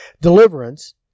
deliverance